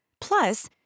Plus